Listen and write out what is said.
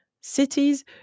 cities